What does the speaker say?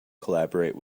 collaborate